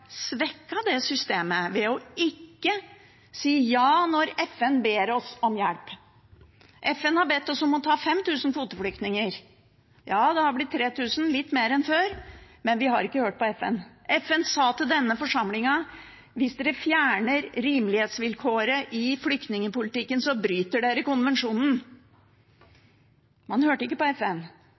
det systemet ved å ikke si ja når FN ber oss om hjelp. FN har bedt oss om å ta imot 5 000 kvoteflyktninger. Det har blitt 3 000, litt mer enn før, men vi har ikke hørt på FN. FN sa til denne forsamlingen: Hvis dere fjerner rimelighetsvilkåret i flyktningpolitikken, bryter dere konvensjonen. Man hørte ikke på FN.